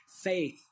faith